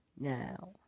Now